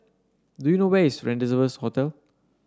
do you know where is Rendezvous Hotel